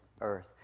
earth